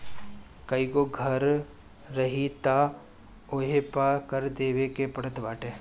कईगो घर रही तअ ओहू पे कर देवे के पड़त बाटे